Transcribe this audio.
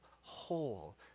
whole